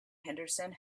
henderson